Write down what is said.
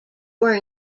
were